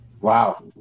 Wow